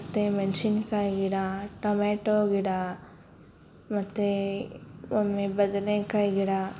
ಮತ್ತು ಮೆಣ್ಸಿನ್ಕಾಯಿ ಗಿಡ ಟಮೆಟೊ ಗಿಡ ಮತ್ತು ಒಮ್ಮೆ ಬದನೆಕಾಯಿ ಗಿಡ